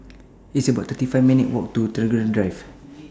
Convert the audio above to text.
It's about thirty five minutes' Walk to Tagore Drive